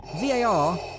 VAR